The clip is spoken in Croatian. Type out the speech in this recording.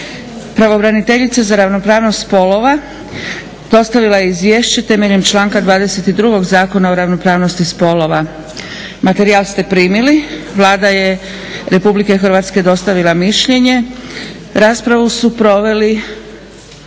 Pravobraniteljica za ravnopravnost spolova dostavila je izvješće temeljem članka 22. Zakona o ravnopravnosti spolova. Materijal ste primili. Vlada Republike Hrvatske je dostavila mišljenje. Raspravu su proveli